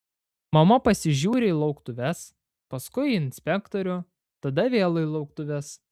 mama pasižiūri į lauktuves paskui į inspektorių tada vėl į lauktuves